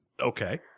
Okay